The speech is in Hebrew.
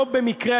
לא במקרה,